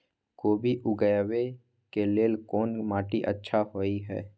कोबी उगाबै के लेल कोन माटी अच्छा होय है?